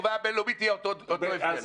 בתגובה הבין-לאומית אין הבדל.